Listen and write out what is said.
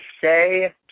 say